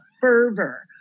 Fervor